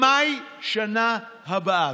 במאי בשנה הבאה,